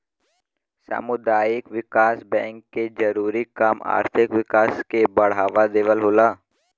सामुदायिक विकास बैंक के जरूरी काम आर्थिक विकास के बढ़ावा देवल होला